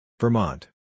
Vermont